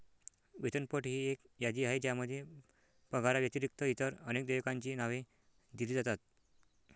वेतनपट ही एक यादी आहे ज्यामध्ये पगाराव्यतिरिक्त इतर अनेक देयकांची नावे दिली जातात